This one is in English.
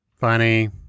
funny